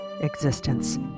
existence